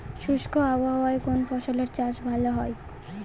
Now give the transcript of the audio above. শুষ্ক আবহাওয়ায় কোন ফসলের চাষ ভালো হয়?